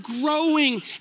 growing